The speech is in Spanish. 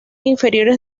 inferiores